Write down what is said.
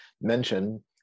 mention